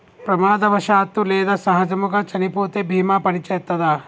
ప్రమాదవశాత్తు లేదా సహజముగా చనిపోతే బీమా పనిచేత్తదా?